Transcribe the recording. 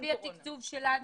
לפי תוכנית התקציב שלנו,